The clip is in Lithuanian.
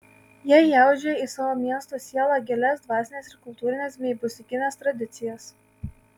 jie įaudžia į savo miesto sielą gilias dvasines ir kultūrines bei muzikines tradicijas